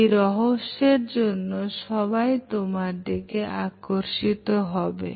এই রহস্যের জন্য সবাই তোমার দিকে আকর্ষিত হবে